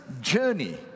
journey